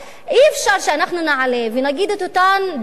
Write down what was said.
אי-אפשר שאנחנו נעלה ונגיד את אותם דברים,